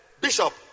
Bishop